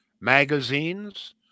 magazines